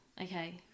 okay